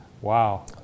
wow